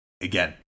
again